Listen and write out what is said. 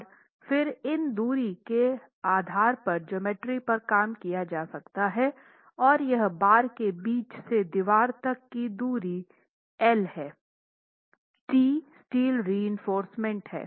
और फिर इन दूरी के आधार पर ज्योमेट्री पर काम किया जा सकता है और यह बार के बीच से दीवार तक की दूरी L है t स्टील रीइंफोर्स्मेंट है